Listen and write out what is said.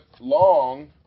long